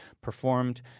performed